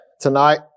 tonight